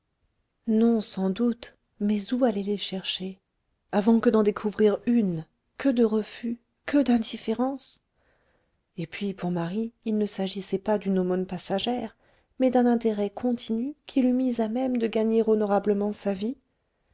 non sans doute mais où aller les chercher avant que d'en découvrir une que de refus que d'indifférence et puis pour marie il ne s'agissait pas d'une aumône passagère mais d'un intérêt continu qui l'eût mise à même de gagner honorablement sa vie